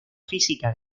física